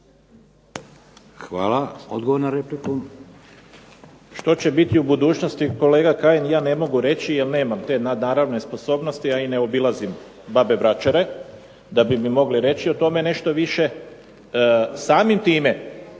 Hvala. Odgovor na repliku.